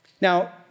Now